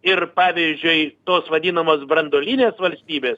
ir pavyzdžiui tos vadinamos branduolinės valstybės